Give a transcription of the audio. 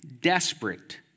desperate